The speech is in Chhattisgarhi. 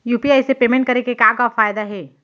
यू.पी.आई से पेमेंट करे के का का फायदा हे?